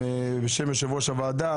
אם בשם יושב-ראש הוועדה,